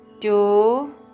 two